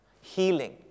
healing